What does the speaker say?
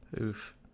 Oof